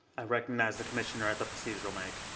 i recognize the commissioner at the procedural mic.